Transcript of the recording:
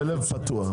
בלב פתוח.